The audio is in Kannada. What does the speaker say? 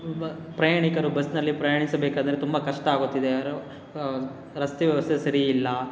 ಬ ಪ್ರಯಾಣಿಕರು ಬಸ್ನಲ್ಲಿ ಪ್ರಯಾಣಿಸಬೇಕಾದರೆ ತುಂಬ ಕಷ್ಟ ಆಗುತ್ತಿದೆ ರೋ ರಸ್ತೆಗಳು ಸರಿ ಇಲ್ಲ